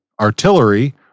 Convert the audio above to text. artillery